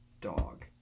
dog